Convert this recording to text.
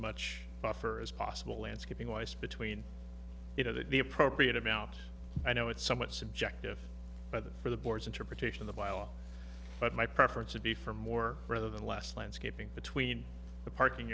much buffer as possible landscaping wise between you know that the appropriate amount i know it's somewhat subjective by the for the board's interpretation the while but my preference would be for more rather than less landscaping between the parking